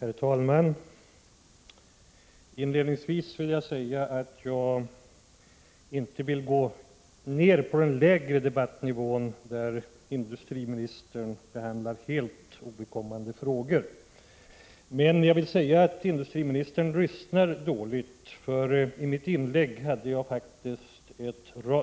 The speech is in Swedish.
Herr talman! Jag vill inledningsvis säga att jag inte tänker sänka mig till den lägre debattnivån, där industriministern behandlar helt ovidkommande frågor. Jag vill emellertid påstå att industriministern lyssnar dåligt. I mitt inlägg framförde jag faktiskt